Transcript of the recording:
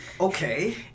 Okay